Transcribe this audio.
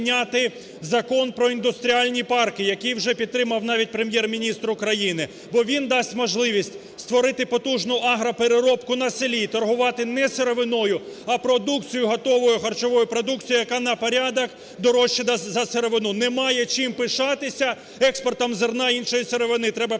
Закон про індустріальні парки, який вже підтримав навіть Прем'єр-міністр України. Бо він дасть можливість створити потужну агропереробку на селі, торгувати не сировиною, а продукцією, готовою харчовою продукцією, яка на порядок дорожча за сировину. Немає чим пишатися експортом зерна іншої сировини, треба пишатися